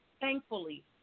thankfully